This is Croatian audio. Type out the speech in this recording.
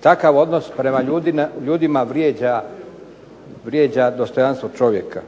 Takav odnos prema ljudima vrijeđa dostojanstvo čovjeka.